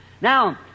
Now